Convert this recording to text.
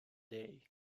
day